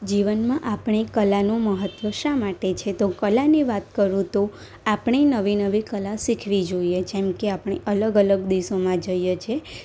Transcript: જીવનમાં આપણે કલાનું મહત્ત્વ શા માટે છે તો કલાની વાત કરું તો આપણે નવી નવી કલા શીખવી જોઈએ જેમકે આપણે અલગ અલગ દેશોમાં જઈએ છીએ